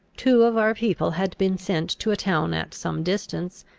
two of our people had been sent to a town at some distance,